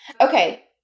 Okay